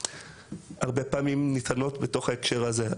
שהרבה פעמים ניתנות בתוך ההקשר הזה.